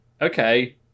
Okay